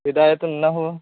ہدایۃ النحو